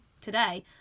today